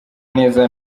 neza